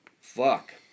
Fuck